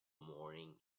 morning